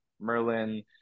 Merlin